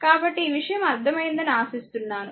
కాబట్టి ఈ విషయం అర్థమైందని ఆశిస్తున్నాను